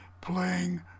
playing